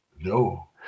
No